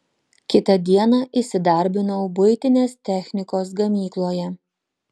kitą dieną įsidarbinau buitinės technikos gamykloje